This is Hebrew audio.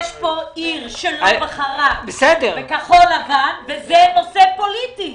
יש כאן עיר שלא בחרה בכחול לבן וזה נושא פוליטי.